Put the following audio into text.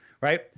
right